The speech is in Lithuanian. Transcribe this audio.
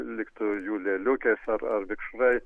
liktų jų lėliukės ar ar vikšrai